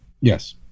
yes